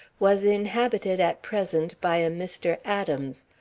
was inhabited at present by a mr. adams,